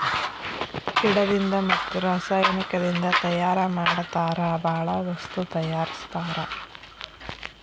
ಗಿಡದಿಂದ ಮತ್ತ ರಸಾಯನಿಕದಿಂದ ತಯಾರ ಮಾಡತಾರ ಬಾಳ ವಸ್ತು ತಯಾರಸ್ತಾರ